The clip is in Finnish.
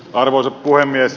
arvoisa puhemies